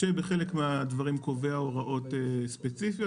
כשבחלק מהדברים קובע הוראות ספציפיות